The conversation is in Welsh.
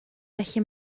felly